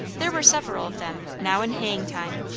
there were several them, now in haying time,